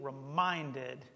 reminded